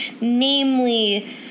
namely